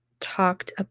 talked